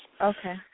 Okay